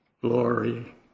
glory